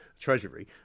Treasury